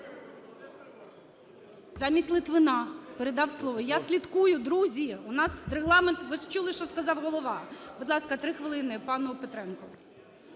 замість Литвина, передав слово. Я слідкую, друзі, у нас тут Регламент, ви ж чули, що сказав Голова. Будь ласка, 3 хвилини пану Петренку.